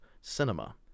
cinema